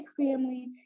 family